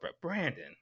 Brandon